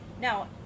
now